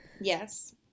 yes